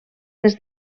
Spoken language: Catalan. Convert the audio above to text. des